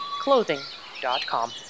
clothing.com